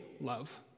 love